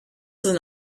than